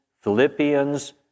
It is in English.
Philippians